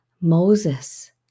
Moses